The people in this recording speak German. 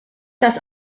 das